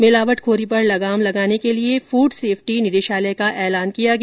मिलावट खोरी पर लगाम लगाने के लिए फूड सेफ़टी निदेशालय का ऐलान किया गया